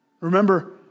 Remember